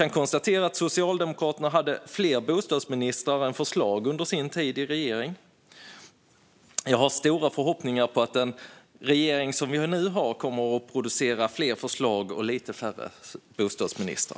Jag konstaterar att Socialdemokraterna hade fler bostadsministrar än förslag under tiden i regeringsställning. Jag har stora förhoppningar om att nuvarande regering kommer att producera fler förslag och lite färre bostadsministrar.